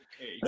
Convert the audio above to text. okay